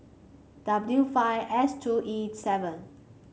W five S two E seven